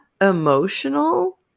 emotional